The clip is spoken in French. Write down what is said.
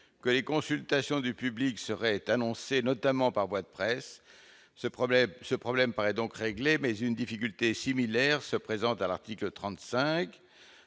que les consultations du public seraient annoncées notamment par voie de presse ce problème ce problème paraît donc réglé mais une difficulté similaire se présente à l'article 35,